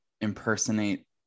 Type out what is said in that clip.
impersonate